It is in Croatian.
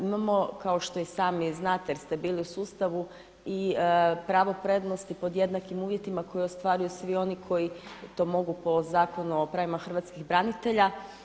Imamo, kao što i sami znate jer ste bili u sustavu i pravo prednosti pod jednakim uvjetima koje ostvaruju svi oni koji to mogu po Zakonu o pravima hrvatskih branitelja.